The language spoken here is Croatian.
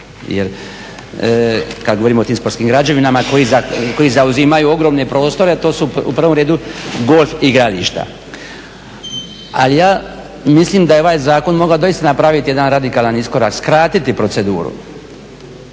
Jer kad govorimo o tim sportskim građevinama koji zauzimaju ogromne prostore a to su u prvom redu golf igrališta. Ali ja mislim da je ovaj zakon mogao doista napraviti jedan radikalan iskorak, skratiti proceduru